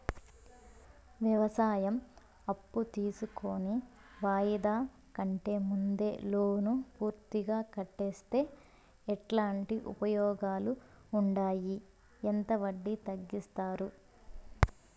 వ్యవసాయం అప్పు తీసుకొని వాయిదా కంటే ముందే లోను పూర్తిగా కట్టేస్తే ఎట్లాంటి ఉపయోగాలు ఉండాయి? ఎంత వడ్డీ తగ్గిస్తారు?